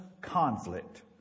conflict